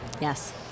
Yes